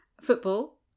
Football